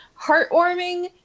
heartwarming